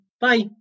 Bye